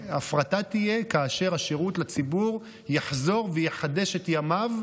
והפרטה תהיה כאשר השירות לציבור יחזור ויחדש את ימיו,